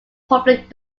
public